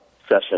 session